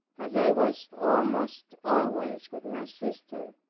as i was almost always with my sister,